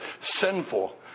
sinful